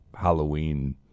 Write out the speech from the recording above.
Halloween